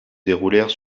déroulèrent